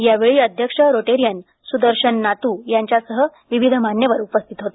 त्यावेळी अध्यक्ष रोटेरियन सुदर्शन नातू यांच्यासह विविध मान्यवर उपस्थित होते